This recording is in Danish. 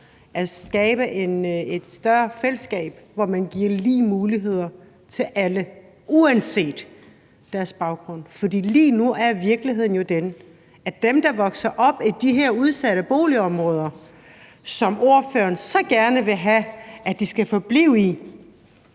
at skabe et større fællesskab, hvor man giver lige muligheder til alle uanset deres baggrund. For lige nu er virkeligheden jo den, at dem, der vokser op i de her udsatte boligområder, som ordføreren så gerne vil have at de skal forblive i,